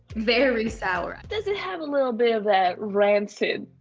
very sour. does it have a little bit of that rancid